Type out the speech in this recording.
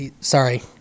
Sorry